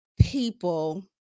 people